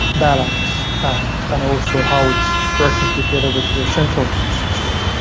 balance, and and also how it's working together with your central nervous system.